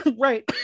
Right